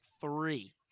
three